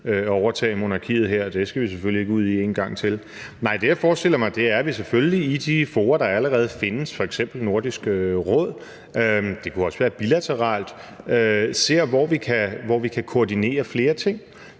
overtage monarkiet her og der. Det skal vi selvfølgelig ikke ud i en gang til. Nej, det, jeg forestiller mig, er, at vi selvfølgelig i de fora, der allerede findes, f.eks. Nordisk Råd eller bilateralt, ser, hvor vi kan koordinere flere ting.